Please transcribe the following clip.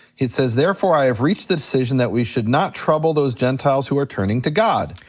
it says therefore i have reached the decision that we should not trouble those gentiles who are turning to god.